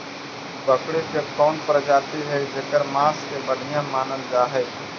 बकरी के कौन प्रजाति हई जेकर मांस के बढ़िया मानल जा हई?